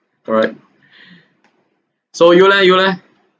alright so you leh you leh